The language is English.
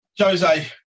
Jose